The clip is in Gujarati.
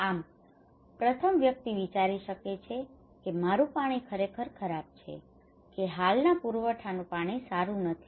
આમ પ્રથમ વ્યક્તિ વિચારી શકે છે કે મારું પાણી ખરેખર ખરાબ છે કે હાલના પુરવઠાનું પાણી સારું નથી